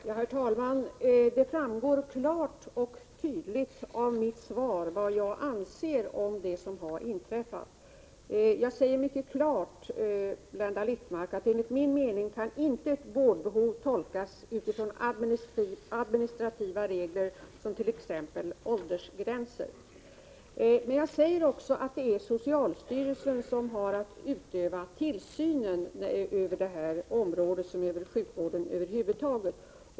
Herr talman! Det framgår klart och tydligt av mitt svar vad jag anser om det som inträffat. Jag säger mycket klart, Blenda Littmarck, att ett vårdbehov enligt min mening inte kan tolkas utifrån administrativa regler som t.ex. åldersgränser. Jag säger också att det är socialstyrelsen som har att utöva tillsynen över detta område liksom över sjukvården över huvud taget.